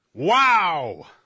Wow